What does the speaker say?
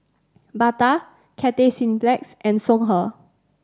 Bata Cathay Cineplex and Songhe